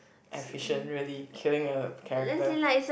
efficient really killing a character